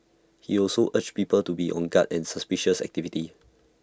he also urged people to be on guard for suspicious activities